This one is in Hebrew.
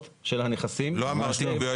של הנכסים --- לא אמרתי קביעת שומות.